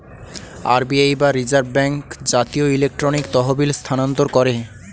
RBI বা reserve bank জাতীয় electronic তহবিল স্থানান্তর করে